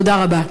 תודה רבה.